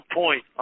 point